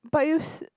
but you said